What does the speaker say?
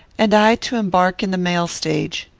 and i to embark in the mail-stage.